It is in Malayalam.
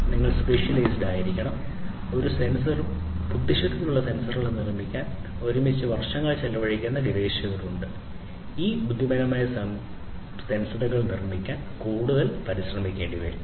നിങ്ങൾ സ്പെഷ്യലൈസ്ഡ് ആയിരിക്കണം ഒരു സെൻസറും ബുദ്ധിശക്തിയുള്ള സെൻസറുകളും നിർമ്മിക്കാൻ ഒരുമിച്ച് വർഷങ്ങൾ ചെലവഴിക്കുന്ന ഗവേഷകരുണ്ട് ഈ ബുദ്ധിമാനായ സെൻസറുകൾ നിർമ്മിക്കാൻ കൂടുതൽ പരിശ്രമിക്കേണ്ടിവരും